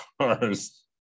cars